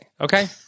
okay